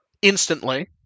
Instantly